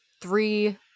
three